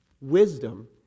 wisdom